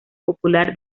popular